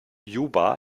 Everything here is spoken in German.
juba